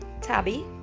Tabby